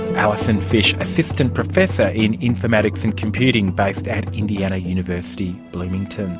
allison fish, assistant professor in informatics and computing, based at indiana university, bloomington.